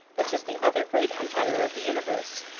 which is the other great empire of the universe,